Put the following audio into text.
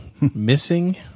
Missing